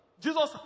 Jesus